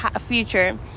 future